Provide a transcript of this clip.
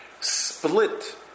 split